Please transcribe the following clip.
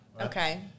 okay